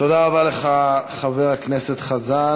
תודה רבה לך, חבר הכנסת חזן.